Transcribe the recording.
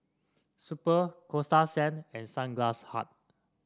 Super Coasta Sand and Sunglass Hut